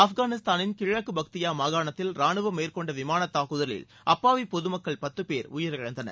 ஆப்கானிஸ்தானின் கிழக்கு பக்தியா மாகாணத்தில் ராணுவம் மேற்கொண்ட விமாள தாக்குதலில் அப்பாவி பொது மக்கள் பத்து பேர் உயிரிழந்தனர்